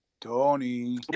Tony